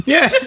Yes